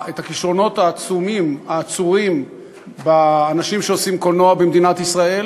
את הכישרונות העצומים האצורים באנשים שעושים קולנוע במדינת ישראל,